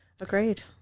Agreed